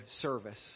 service